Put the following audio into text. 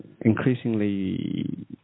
increasingly